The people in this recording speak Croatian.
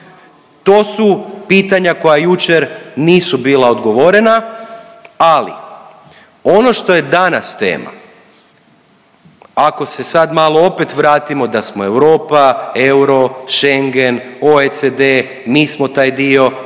To su pitanja koja jučer nisu bila odgovorena, ali ono što je danas tema ako se sada malo opet vratimo da smo Europa, euro, Schengen, OECD mi smo taj dio,